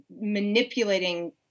manipulating